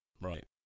right